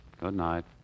Goodnight